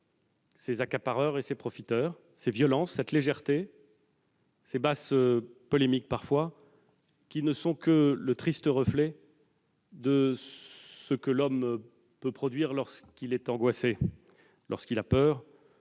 ces accapareurs et ces profiteurs, ces violences, cette légèreté, ces basses polémiques, parfois, qui ne sont que le triste reflet de ce que l'homme peut faire lorsqu'il est angoissé, lorsqu'il a peur